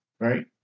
right